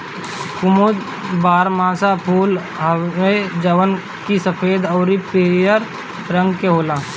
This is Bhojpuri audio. कुमुद बारहमासा फूल हवे जवन की सफ़ेद अउरी पियर रंग के होला